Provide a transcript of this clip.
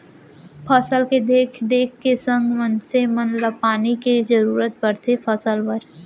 फसल के देख देख के संग मनसे मन ल पानी के जरूरत परथे फसल बर